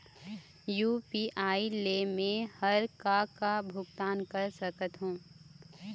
UPI ले मे हर का का भुगतान कर सकत हो?